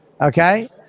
Okay